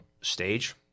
stage